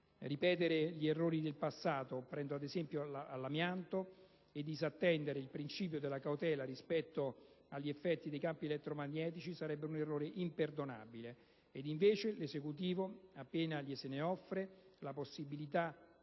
Ripetere gli errori fatti nel passato - penso, ad esempio, all'amianto - e disattendere il principio della cautela rispetto agli effetti dei campi elettromagnetici sarebbe un errore imperdonabile. Ed invece l'Esecutivo, appena se ne offre la possibilità,